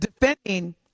defending